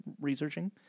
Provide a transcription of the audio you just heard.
researching